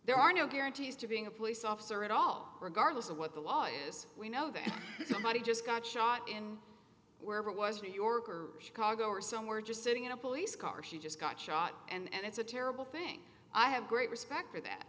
there are no guarantees to being a police officer at all regardless of what the law is we know that somebody just got shot in wherever it was new york or chicago or somewhere just sitting in a police car she just got shot and it's a terrible thing i have great respect for that